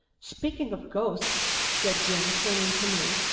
speaking of ghosts, said jim turning to me,